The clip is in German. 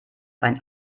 ein